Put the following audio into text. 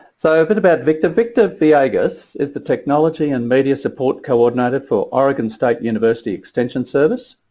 so a bit about victor. victor villegas is the technology and media support coordinator for oregon state university extension service.